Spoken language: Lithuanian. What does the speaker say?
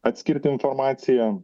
atskirti informaciją